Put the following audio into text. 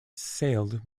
sailed